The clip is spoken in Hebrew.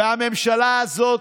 והממשלה הזאת,